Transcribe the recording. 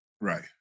Right